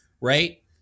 right